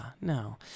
no